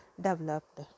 developed